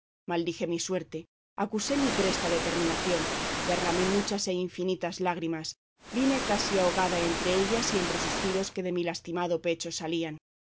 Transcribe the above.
desventura maldije mi suerte acusé mi presta determinación derramé muchas e infinitas lágrimas vime casi ahogada entre ellas y entre los suspiros que de mi lastimado pecho salían